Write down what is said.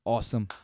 Awesome